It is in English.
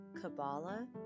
Kabbalah